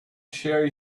share